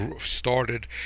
started